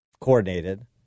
coordinated